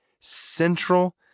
central